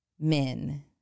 men